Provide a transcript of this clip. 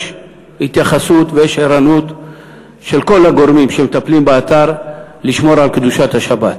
יש התייחסות ויש ערנות של כל הגורמים שמטפלים באתר לשמור על קדושת השבת.